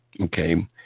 okay